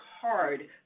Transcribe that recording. hard